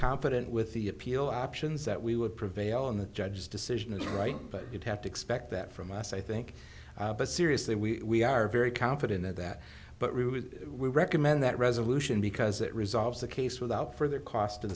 confident with the appeal options that we would prevail in the judge's decision is right but you'd have to expect that from us i think but seriously we are very confident of that but we recommend that resolution because it resolves the case without further cost